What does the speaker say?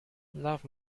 love